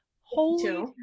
Holy